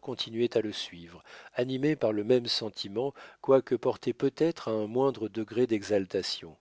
continuaient à le suivre animés par le même sentiment quoique porté peut-être à un moindre degré d'exaltation